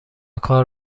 کار